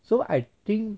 so I think